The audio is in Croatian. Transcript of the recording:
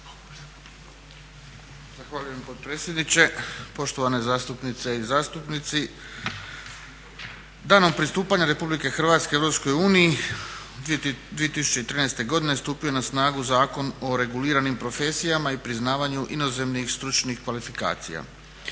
Zahvaljujem potpredsjedniče. Poštovane zastupnice i zastupnici. Danom pristupanjem RH EU 2013.godine stupio je na snagu Zakon o reguliranim profesijama i priznavanju inozemnih stručnih kvalifikacija.